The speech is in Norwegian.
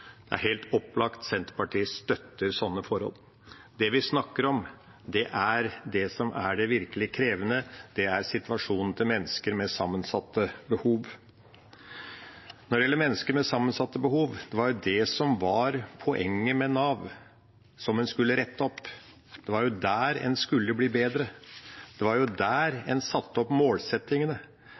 Det er helt opplagt at Senterpartiet støtter sånne forhold. Det vi snakker om, er det som er det virkelig krevende, det er situasjonen til mennesker med sammensatte behov. Når det gjelder mennesker med sammensatte behov, var det det som var poenget med Nav. Det var det en skulle rett opp, det var der en skulle bli bedre, det var der en satte opp målsettingene.